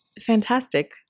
Fantastic